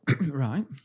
Right